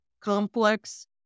complex